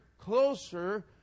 closer